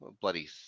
bloody